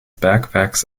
bergwerks